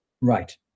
Right